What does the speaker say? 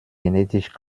genetisch